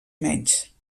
menys